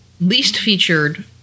least-featured –